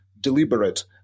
deliberate